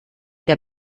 der